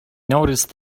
noticed